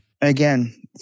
Again